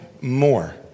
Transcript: more